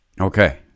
Okay